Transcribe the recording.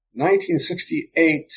1968